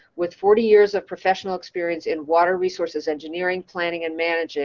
with forty years of professional experience in water resources engineering planning and management,